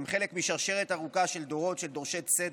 הם חלק משרשרת ארוכה של דורות של דורשי צדק,